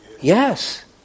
Yes